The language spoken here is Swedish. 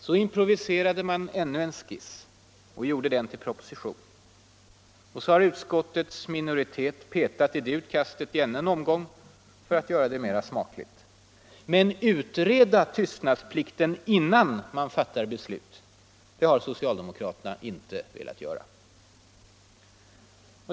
Så improviserade man ännu en skiss och gjorde den till proposition. Och så har utskottets minoritet petat i det utkastet i ännu en omgång för att göra det mera smakligt. Men utreda tystnadsplikten innan man fattar beslut har socialdemokraterna inte velat göra.